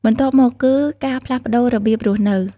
បន្ទាប់មកគឺ ការផ្លាស់ប្តូររបៀបរស់នៅ។